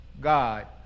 God